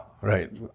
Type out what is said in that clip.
right